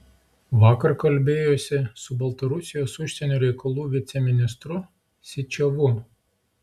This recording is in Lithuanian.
vakar kalbėjosi su baltarusijos užsienio reikalų viceministru syčiovu